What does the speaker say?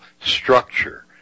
structure